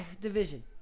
division